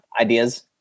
ideas